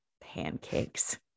Pancakes